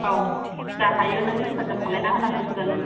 औ जा हायो नों हेफाजाब खालायना होनांसिगोन